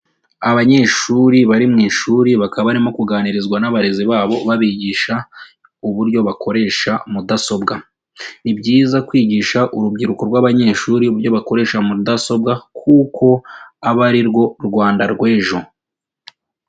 Abanyeshuri bari mu ishuri bakaba barimo kuganirizwa n'abarezi babo babigisha uburyo bakoresha mudasobwa, ni byiza kwigisha urubyiruko rw'abanyeshuri uburyo bakoresha mudasobwa kuko aba ari rwo Rwanda rw'ejo.